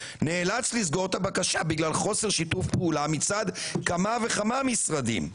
לסגור את הבקשה בגלל חוסר שיתוף פעולה מצד כמה וכמה משרדים.